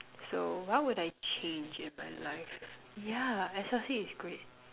so what would I change in my life yeah S_L_C is great